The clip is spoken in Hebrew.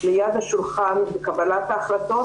ליד השולחן בקבלת ההחלטות,